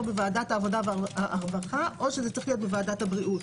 בוועדת העבודה והרווחה או זה צריך להיות בוועדת הבריאות,